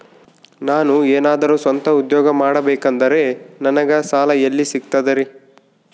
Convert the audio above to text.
ನಾನು ಏನಾದರೂ ಸ್ವಂತ ಉದ್ಯೋಗ ಮಾಡಬೇಕಂದರೆ ನನಗ ಸಾಲ ಎಲ್ಲಿ ಸಿಗ್ತದರಿ?